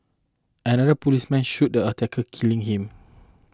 another policeman shot the attacker killing him